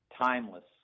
timeless